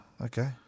Okay